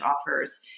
offers